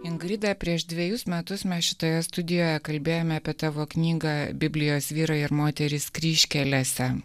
ingrida prieš dvejus metus mes šitoje studijoje kalbėjome apie tavo knygą biblijos vyrai ir moterys kryžkelėse